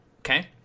Okay